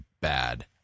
bad